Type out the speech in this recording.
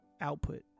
output